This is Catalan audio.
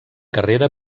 carrera